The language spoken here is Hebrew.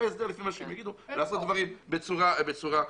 לפי ההסדר ומה שהם יגידו כדי לעשות דברים בצורה מסודרת.